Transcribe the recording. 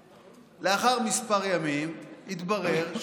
לאחר כמה ימים התברר שאי-אפשר,